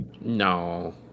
No